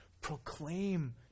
proclaim